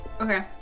Okay